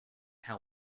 how